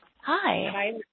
Hi